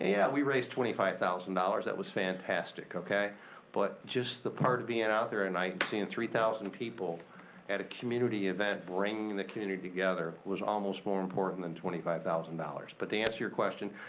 ah yeah, we raised twenty five thousand dollars, that was fantastic. but just the part of bein' out there and seein' three thousand people at a community event bring the community together was almost more important than twenty five thousand dollars. but to answer your question,